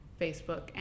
Facebook